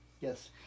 Yes